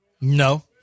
no